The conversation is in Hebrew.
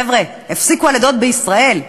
חבר'ה, הפסיקו הלידות בישראל.